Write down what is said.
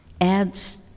adds